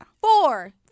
Four